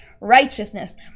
righteousness